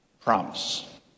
promise